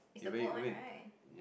it's the boat one right